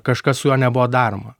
kažkas su juo nebuvo daroma